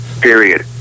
Period